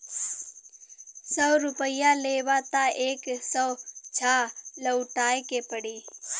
सौ रुपइया लेबा त एक सौ छह लउटाए के पड़ी